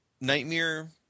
nightmare